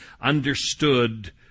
understood